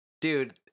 dude